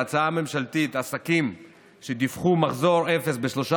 בהצעה הממשלתית עסקים שדיווחו על מחזור אפס בשלושת